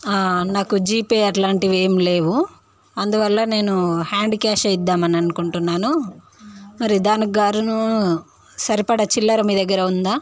నాకు జిపే అట్లాంటివి ఏమి లేవు అందువల్ల నేను హ్యాండ్ క్యాషే ఇద్దామని అకుంటున్నాను మరి దానికు గాను సరిపడా చిల్లర మీ దగ్గర ఉందా